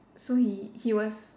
so he he was